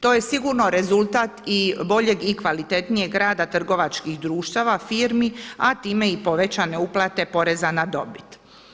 To je sigurno rezultat i boljeg i kvalitetnijeg rada trgovačkih društava, firmi a time i povećane uplate poreza na dobit.